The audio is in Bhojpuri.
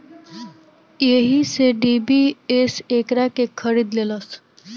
एही से डी.बी.एस एकरा के खरीद लेलस